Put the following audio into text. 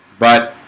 but